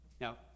Now